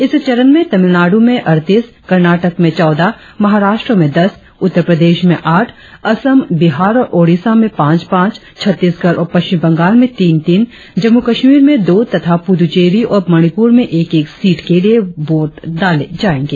इस चरण में तमिलनाडु में अड़तीस कर्नाटक में चौदह महाराष्ट्र में दस उत्तरप्रदेश में आठ असम बिहार और ओडिसा में पांच पांच छत्तीसगढ़ और पश्चिम बंगाल में तीन तीन जम्मू कश्मीर में दो तथा पूद्दचेरी और मणिपुर में एक एक सीट के लिए वोट डाले जायेंगे